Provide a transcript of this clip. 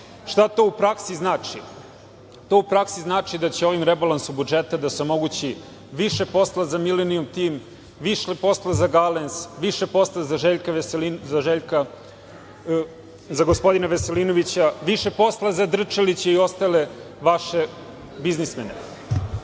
to u praksi znači? To u praksi znači da će ovim rebalansom budžeta da se omogući više posla za Milenijum tim, više posla za Galens, više posla za gospodina Veselinovića, više posla za Drčelića i ostale vaše biznismene. Gospodin